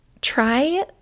Try